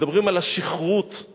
מדברים על השכרות כעל